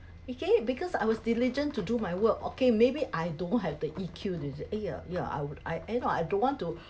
okay because I was diligent to do my work okay maybe I don't have the E_Q is it eh ya ya I would eh no I don't want to